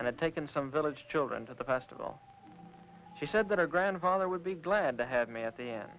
had taken some village children to the festival she said that her grandfather would be glad to have me at the